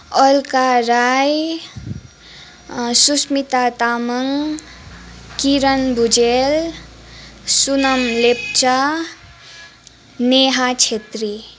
Alka Rai Susmita Tamang Kiran Bhujel Sunam Lepcha Neha Chhetri